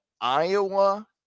Iowa